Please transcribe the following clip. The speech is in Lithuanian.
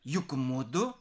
juk mudu